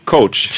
Coach